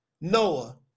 Noah